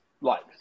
likes